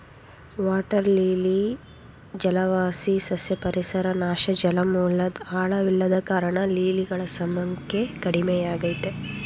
water lily ಜಲವಾಸಿ ಸಸ್ಯ ಪರಿಸರ ನಾಶ ಜಲಮೂಲದ್ ಆಳವಿಲ್ಲದ ಕಾರಣ ಲಿಲಿಗಳ ಸಂಖ್ಯೆ ಕಡಿಮೆಯಾಗಯ್ತೆ